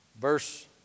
verse